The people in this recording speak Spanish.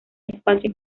espacio